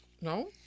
no